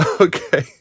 Okay